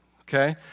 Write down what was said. okay